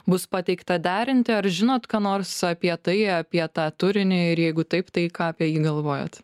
bus pateikta derinti ar žinot ką nors apie tai apie tą turinį ir jeigu taip tai ką apie jį galvojat